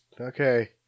okay